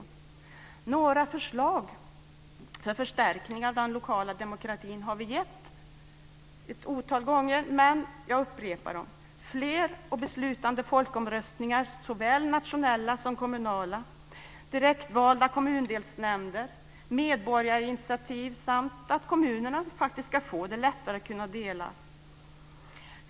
Vi har gett några förslag för förstärkning av den lokala demokratin ett otal gånger - men jag upprepar dem: Fler och beslutande folkomröstningar, såväl nationella som kommunala. Direktvalda kommundelsnämnder. Medborgarinitiativ. Det ska bli lättare att dela kommuner.